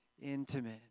intimate